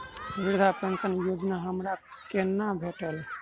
वृद्धा पेंशन योजना हमरा केना भेटत?